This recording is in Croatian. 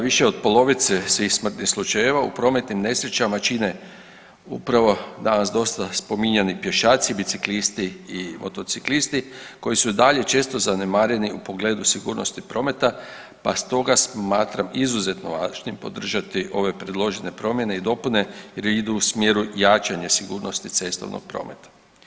Više od polovice svih smrtnih slučajeva u prometnim nesrećama čine upravo danas dosta spominjani pješaci, biciklisti i motociklisti koji su i dalje često zanemareni u pogledu sigurnosti prometa, pa stoga smatram izuzetno važnim podržati ove predložene promjene i dopune jer idu u smjeru jačanja sigurnosti cestovnog prometa.